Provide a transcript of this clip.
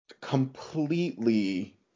completely